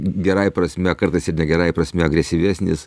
gerąja prasme kartais gerąja prasme agresyvesnis